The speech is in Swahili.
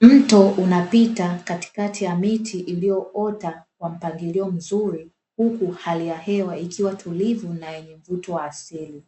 Mto unapita katikati ya miti iliyoota kwa mpangilio mzuri, huku hali ya hewa ikiwa tulivu na yenye uoto wa asili.